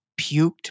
puked